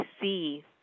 see